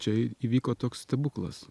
čia įvyko toks stebuklas